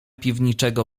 piwniczego